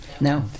No